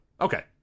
okay